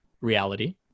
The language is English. reality